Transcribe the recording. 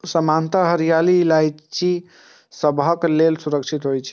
सामान्यतः हरियर इलायची सबहक लेल सुरक्षित होइ छै